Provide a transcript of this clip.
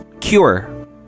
cure